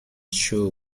sure